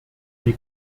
die